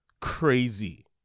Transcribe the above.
crazy